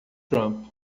trump